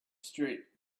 street